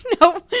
No